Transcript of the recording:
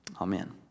Amen